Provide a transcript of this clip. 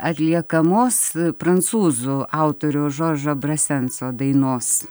atliekamos prancūzų autoriaus žoržo brasenso dainos